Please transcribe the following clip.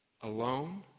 alone